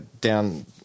down